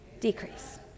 decrease